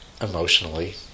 emotionally